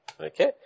Okay